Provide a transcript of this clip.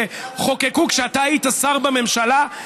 שחוקקו כשאתה היית שר בממשלה,